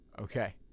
okay